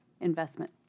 investment